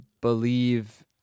believe